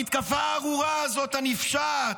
המתקפה הארורה הזאת, הנפשעת,